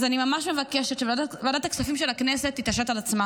אז אני ממש מבקשת שוועדת הכספים של הכנסת תתעשת על עצמה